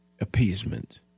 Appeasement